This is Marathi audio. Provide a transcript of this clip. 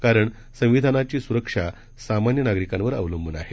कारण संविधानाची सुरक्षा सामान्य नागरिकांवर अवलंबून आहे